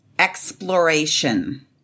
Exploration